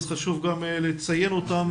חשוב לציין אותם,